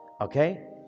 Okay